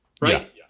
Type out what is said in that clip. right